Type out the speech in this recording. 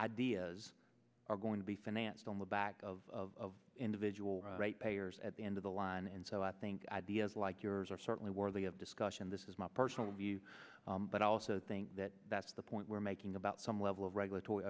ideas are going to be financed on the back of individual right payers at the end of the line and so i think ideas like yours are certainly worthy of discussion this is my personal view but i also think that that's the point we're making about some level of regulatory